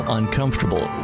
uncomfortable